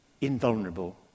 invulnerable